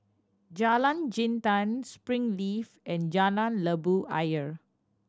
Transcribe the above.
Jalan Jintan Springleaf and Jalan Labu Ayer